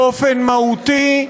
באופן מהותי,